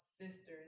sisters